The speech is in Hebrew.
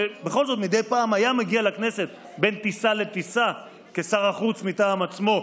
שבכל זאת מדי פעם היה מגיע לכנסת בין טיסה לטיסה כשר החוץ מטעם עצמו,